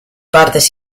partes